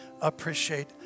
appreciate